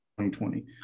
2020